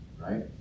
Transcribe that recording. right